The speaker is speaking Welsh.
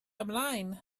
ymlaen